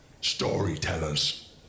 Storytellers